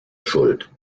schuld